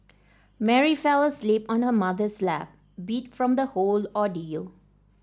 Mary fell asleep on her mother's lap beat from the whole ordeal